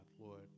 Lord